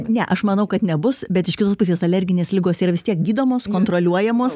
tai ne aš manau kad nebus bet iš kitos pusės alerginės ligos yra vis tiek gydomos kontroliuojamos